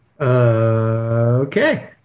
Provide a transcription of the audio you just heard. Okay